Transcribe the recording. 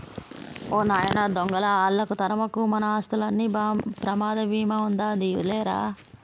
ఓ నాయన దొంగలా ఆళ్ళను తరమకు, మన ఆస్తులకు ప్రమాద భీమా ఉందాది లేరా